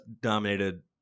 dominated